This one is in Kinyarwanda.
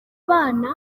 abana